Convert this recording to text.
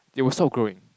it will stop growing